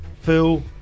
Phil